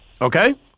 Okay